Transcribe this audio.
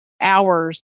hours